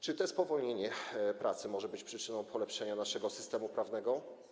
Czy to spowolnienie pracy może być przyczyną polepszenia naszego systemu prawnego?